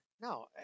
No